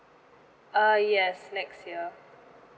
uh yes next year